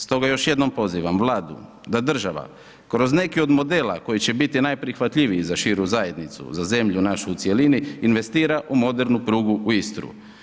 Stoga još jednom pozivam, vladu da država, kroz nekih od modela koji će biti najprihvatljiviji za širu zajednicu, za zemlju našu u cjelini, investira u modernu prugu u Istru.